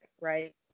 right